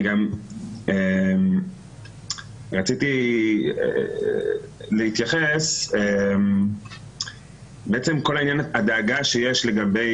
אני גם רציתי להתייחס לכול הדאגה שיש לגבי